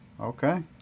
Okay